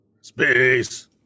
Space